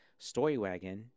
storywagon